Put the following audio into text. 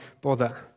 bother